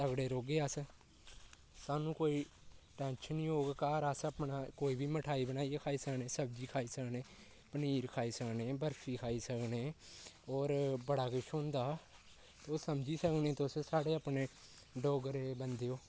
तगड़े रौह्गे अस सानूं कोई टेंशन निं होग घर अस अपने कोई बी मठाई बनाइयै खाई सकने सब्जी खाई सकने पनीर खाई सकने बर्फी खाई सकने होर बड़ा किश होंदा तुस समझी सकने तुस साढ़े अपने डोगरे बंदे ओ